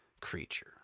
creature